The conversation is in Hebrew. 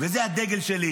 וזה הדגל שלי?